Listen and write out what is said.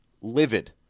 livid